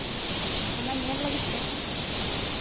ᱚᱱᱟ ᱧᱮᱞ ᱞᱟᱹᱜᱤᱫ ᱛᱮ